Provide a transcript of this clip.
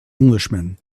englishman